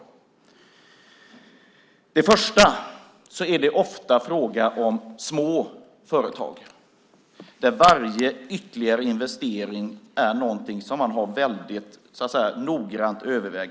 Till att börja med är det ofta fråga om små företag där varje ytterligare investering är någonting som man har övervägt väldigt noggrant.